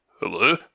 Hello